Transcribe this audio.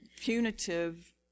punitive